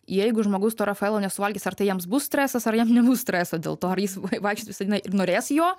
jeigu žmogus to rafaelo nesuvalgys ar tai jiems bus stresas ar jam nebus streso dėl to ar jis vaikščios visą dieną ir norės jo